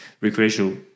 recreational